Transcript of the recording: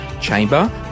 chamber